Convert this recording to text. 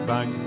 Bank